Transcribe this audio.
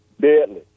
Deadly